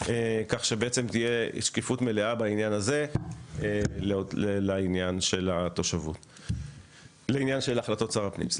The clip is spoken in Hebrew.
כך שבעצם תהיה שקיפות מלאה בעניין הזה לעניין של החלטות שר הפנים.